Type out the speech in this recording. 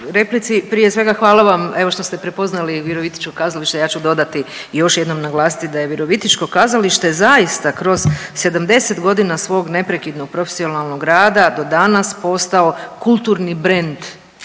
Prije svega hvala vam evo što ste prepoznali Virovitičko kazalište, ja ću dodati i još jednom naglasiti da je Virovitičko kazalište zaista kroz 70 godina svog neprekidnog profesionalnog rada do danas postao kulturni brend